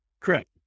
Correct